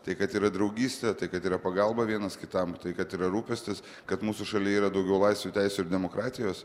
tai kad yra draugystė tai kad yra pagalba vienas kitam tai kad yra rūpestis kad mūsų šalyje yra daugiau laisvių teisių ir demokratijos